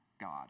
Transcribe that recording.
God